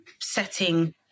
setting